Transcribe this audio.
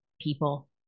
people